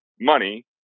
money